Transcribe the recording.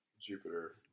Jupiter